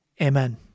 Amen